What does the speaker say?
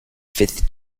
fifth